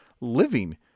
living